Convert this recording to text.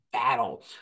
battle